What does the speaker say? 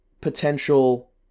potential